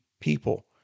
people